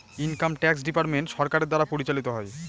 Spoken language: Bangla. ইনকাম ট্যাক্স ডিপার্টমেন্ট সরকারের দ্বারা পরিচালিত হয়